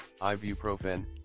Ibuprofen